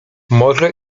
może